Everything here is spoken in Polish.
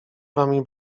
wami